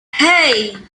hey